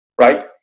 right